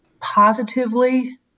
positively